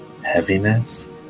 heaviness